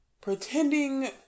pretending